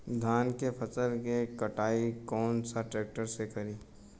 धान के फसल के कटाई कौन सा ट्रैक्टर से करी?